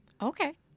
Okay